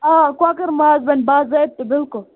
آ کۄکَر ماز بَنہِ باضٲبتہٕ بِلکُل